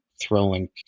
throwing